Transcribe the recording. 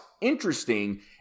interesting